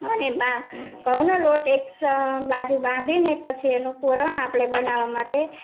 અને એમાં ઘઉંનો લોટ એક સઅ બાજુ બાંધીને પછી એનું પુરણ આપણે બનાવવા માટે